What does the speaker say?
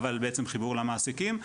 אבל בעצם חיבור למעסיקים.